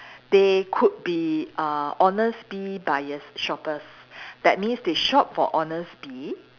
they could be err honestbee buyer shoppers that means they shop for honestbee